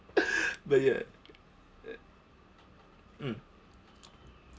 not yet mm